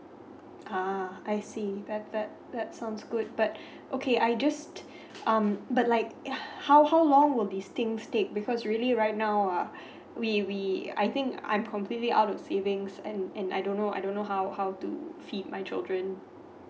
uh I see better that that sounds good but okay I just um but like how how long will this things take because really right now uh we we I think I'm completely out of savings and and I don't know I don't know how how to feed my children